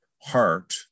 heart